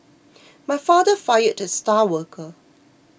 my father fired the star worker